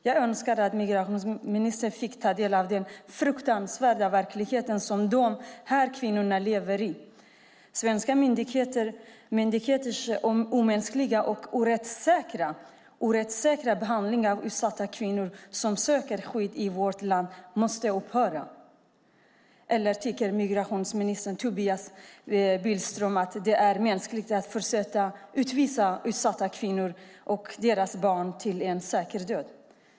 Jag önskar att migrationsministern skulle få ta del av den fruktansvärda verklighet som dessa kvinnor lever i. Svenska myndigheters omänskliga och rättsosäkra behandling av utsatta kvinnor som söker skydd i vårt land måste upphöra, eller tycker migrationsministern att det är mänskligt att fortsätta utvisa utsatta kvinnor och deras barn till en säker död?